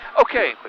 okay